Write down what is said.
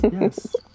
yes